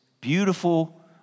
beautiful